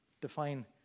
define